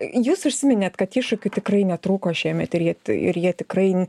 jūs užsiminėt kad iššūkių tikrai netrūko šiemet ir jie t ir jie tikrai